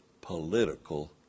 political